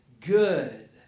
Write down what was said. good